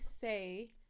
say